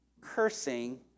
cursing